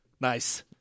Nice